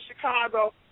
Chicago